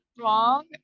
wrong